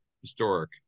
historic